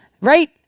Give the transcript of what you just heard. right